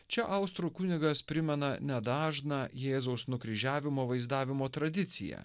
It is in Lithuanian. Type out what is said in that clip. čia austrų kunigas primena nedažną jėzaus nukryžiavimo vaizdavimo tradiciją